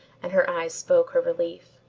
and her eyes spoke her relief.